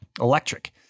electric